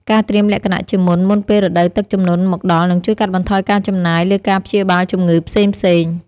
ការត្រៀមលក្ខណៈជាមុន មុនពេលរដូវទឹកជំនន់មកដល់នឹងជួយកាត់បន្ថយការចំណាយលើការព្យាបាលជំងឺផ្សេងៗ។